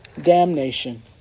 damnation